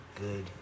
good